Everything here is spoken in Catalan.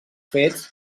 fets